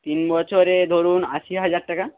তিন বছরে ধরুন আশি হাজার টাকা